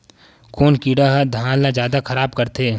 कोन कीड़ा ह धान ल जादा खराब करथे?